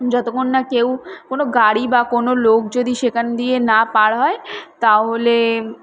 যতক্ষণ না কেউ কোনো গাড়ি বা কোনো লোক যদি সেখান দিয়ে না পার হয় তাহলে